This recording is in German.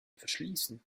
verschließen